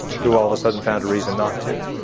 who all of a sudden found a reason not to.